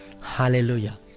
Hallelujah